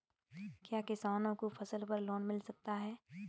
क्या किसानों को फसल पर लोन मिल सकता है?